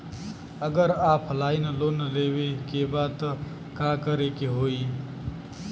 अगर offline loan लेवे के बा त का करे के होयी?